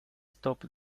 stop